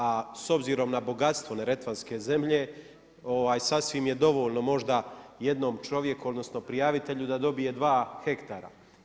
A s obzirom na bogatstvo Neretvanske zemlje, sasvim je dovoljno možda jednom čovjeku odnosno, prijavitelju da dobije 2 hektara.